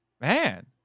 man